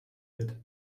wird